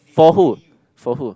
for who for who